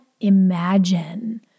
imagine